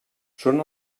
són